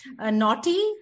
naughty